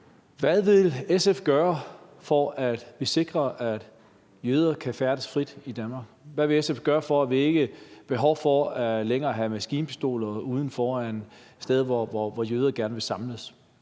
Hvad vil SF gøre, for at vi sikrer, at jøder kan færdes frit i Danmark? Hvad vil SF gøre, for at vi ikke længere har behov for at have maskinpistoler ude foran steder, hvor jøder gerne vil samles?